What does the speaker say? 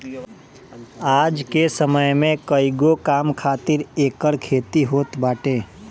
आज के समय में कईगो काम खातिर एकर खेती होत बाटे